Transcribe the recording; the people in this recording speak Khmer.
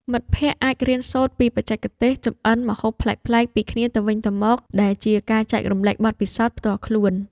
មិត្តភក្តិអាចរៀនសូត្រពីបច្ចេកទេសចម្អិនម្ហូបប្លែកៗពីគ្នាទៅវិញទៅមក ដែលជាការចែករំលែកបទពិសោធន៍ផ្ទាល់ខ្លួន។